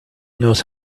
knows